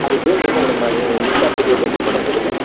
அது டேட் எப்போ மேடம் நான் இ எண்ட் ஆஃப் தி டேட் எப்போ மேடம் சொல்லுங்கள்